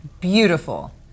beautiful